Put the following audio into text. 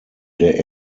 der